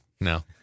no